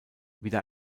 wieder